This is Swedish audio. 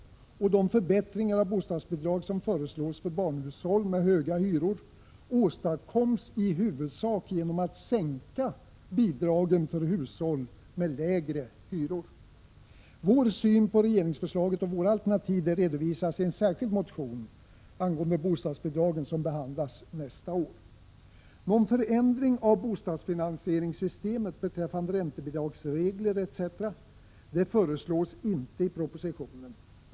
49 De förbättringar av bostadsbidrag som föreslås för barnhushåll med höga hyror åstadkoms i huvudsak genom att man sänker bidragen för hushåll med lägre hyror. Vår syn på regeringsförslaget och våra alternativ redovisas i en särskild motion angående bostadsbidragen, som behandlas nästa år. Någon förändring av bostadsfinansieringssystemet beträffande räntebidragsregler etc. föreslås inte i propositionen.